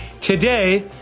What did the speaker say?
Today